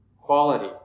quality